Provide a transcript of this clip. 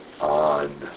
on